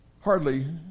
hardly